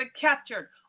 captured